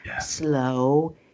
Slow